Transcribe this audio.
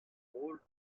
rôle